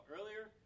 earlier